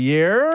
Year